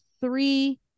three